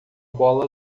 bola